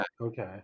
Okay